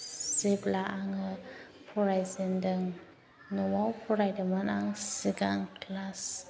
जेब्ला आङो फरायजेनदों न'आव फरायदोंंमोन आं सिगां क्लास